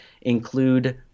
include